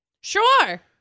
Sure